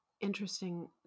Interesting